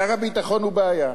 שר הביטחון הוא בעיה.